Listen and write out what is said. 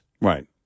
Right